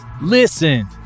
Listen